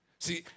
See